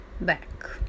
back